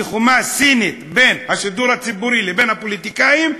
כחומה הסינית בין השידור הציבורי לבין הפוליטיקאים,